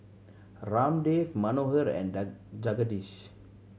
Ramdev Manohar and Jagadish